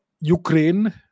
Ukraine